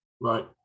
right